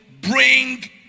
Bring